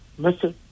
Mr